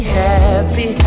happy